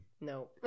No